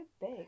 big